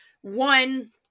One